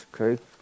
Okay